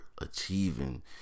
achieving